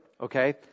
okay